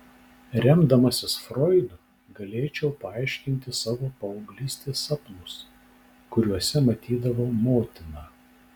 remdamasis froidu galėčiau paaiškinti savo paauglystės sapnus kuriuose matydavau motiną